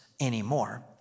anymore